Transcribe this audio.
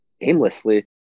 aimlessly